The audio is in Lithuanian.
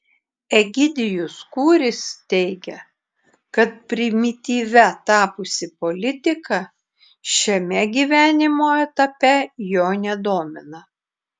egidijus kūris teigia kad primityvia tapusi politika šiame gyvenimo etape jo nedomina